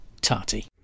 Tati